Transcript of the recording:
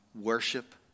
worship